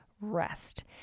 Rest